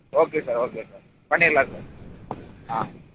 okay sir okay sir பண்ணிடலாம் sir ஆ